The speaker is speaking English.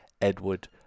edward